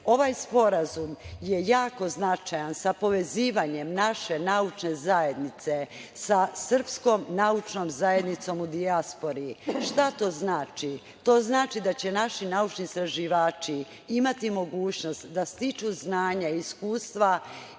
sporazum je jako značajan sa povezivanjem naše naučne zajednice sa srpskom naučnom zajednicom u dijaspori. Šta to znači? To znači da će naši naučni istraživači imati mogućnost da stiču znanja i iskustva